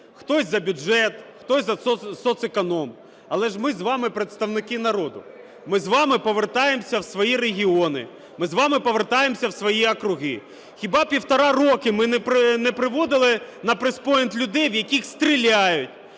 хтось за бюджет, хтось за соцеконом, але ж ми з вами представники народу. Ми з вами повертаємося в свої регіони, ми з вами повертаємося в свої округи, хіба півтора роки ми не приводили на press-point людей, в яких стріляють,